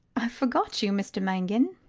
i forgot you, mr mangan.